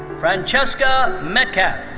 francesca metcalf.